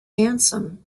handsome